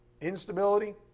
Instability